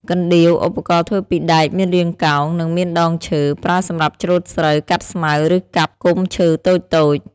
កណ្ដៀវ ឧបករណ៍ធ្វើពីដែកមានរាងកោង និងមានដងឈើ។ ប្រើសម្រាប់ច្រូតស្រូវ កាត់ស្មៅ ឬកាប់គុម្ពឈើតូចៗ។